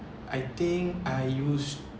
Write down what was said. I think I use